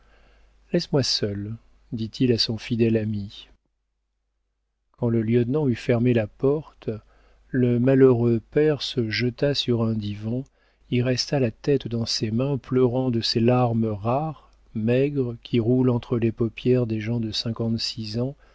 laisse-moi seul dit-il à son fidèle ami quand le lieutenant eut fermé la porte le malheureux père se jeta sur un divan y resta la tête dans ses mains pleurant de ces larmes rares maigres qui roulent entre les paupières des gens de cinquante-six ans